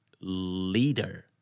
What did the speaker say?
Leader